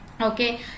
okay